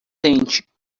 tente